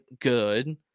good